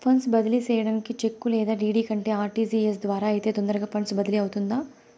funds బదిలీ సేయడానికి cheque లేదా డీ.డీ కంటే ఆర్.టి.జి.ఎస్ ద్వారా అయితే తొందరగా ఫండ్స్ బదిలీ అవుతుందా